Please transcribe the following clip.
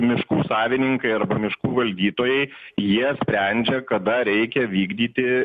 miškų savininkai arba miškų valdytojai jie sprendžia kada reikia vykdyti